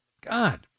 God